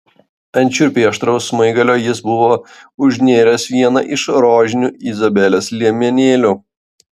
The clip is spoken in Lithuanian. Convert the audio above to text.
ant šiurpiai aštraus smaigalio jis buvo užnėręs vieną iš rožinių izabelės liemenėlių